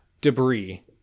debris